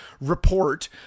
report